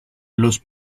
los